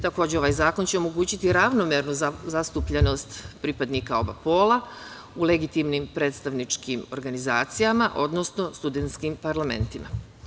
Takođe, ovaj zakon će omogućiti ravnomernu zastupljenost pripadnika oba pola u legitimnim predstavničkim organizacijama, odnosno studentskim parlamentima.